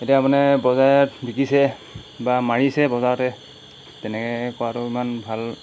এতিয়া মানে বজাৰত বিকিছে বা মাৰিছে বজাৰতে তেনেকৈ কৰাটো ইমান ভাল